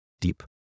deep